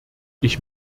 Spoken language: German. ich